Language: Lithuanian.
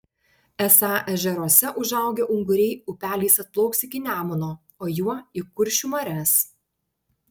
esą ežeruose užaugę unguriai upeliais atplauks iki nemuno o juo į kuršių marias